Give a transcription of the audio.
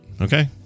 Okay